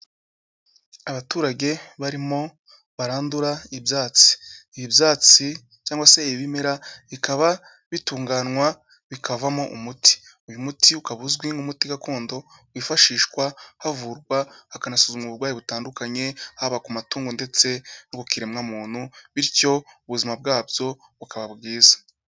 Abaturage barimo barandura ibyatsi, ibi byatsi cyangwa se ibi bimera bikaba bitunganywa bikavamo umuti. Uyu muti ukaba uzwi nk'umuti gakondo wifashishwa havurwa hakanasuzumwa uburwayi butandukanye, haba ku matungo ndetse no ku kiremwamuntu bityo ubuzima bwabyo bukaba bwiza.